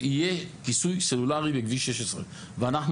יהיה כיסוי סלולרי לכביש 16. אנחנו